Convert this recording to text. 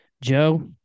Joe